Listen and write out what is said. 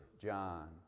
John